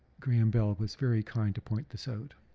graham bell was very kind to point this out.